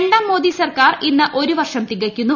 രണ്ടാം മോദി സർക്കാർ ഇന്ന് ഒരു വർഷം തികയ്ക്കുന്നു